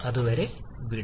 അതുവരെ വിട